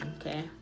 okay